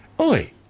oi